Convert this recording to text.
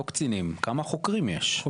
לא קצינים, כמה חוקרים יש?